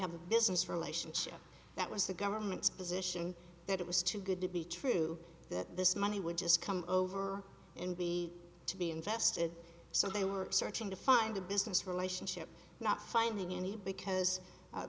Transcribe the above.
have a business relationship that was the government's position that it was too good to be true that this money would just come over and be to be invested so they were searching to find a business relationship not finding any because